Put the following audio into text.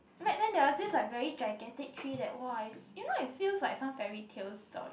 back then there was this like very gigantic tree that !wah! you know it feels like some fairy tale story